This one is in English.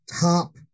top